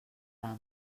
ram